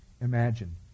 imagine